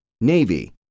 Navy